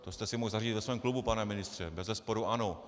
To jste si mohl zařídit ve svém klubu, pane ministře, bezesporu ano.